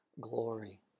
glory